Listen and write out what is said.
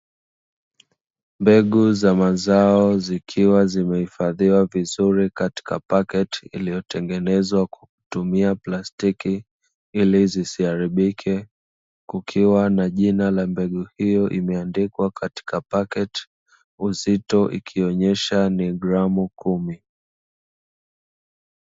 Mbegu za mazao zikiwa zimehifadhiwa vizuri katika paketi iliyotengenezwa kutumia plastiki ili zisiharibike kukiwa na jina la mbegu hiyo imeandikwa katika paketi, uzito ikionyesha ni gramu kumi.